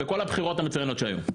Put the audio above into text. בכל הבחירות המצוינות שהיו?